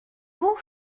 beau